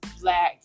black